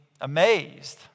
amazed